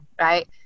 right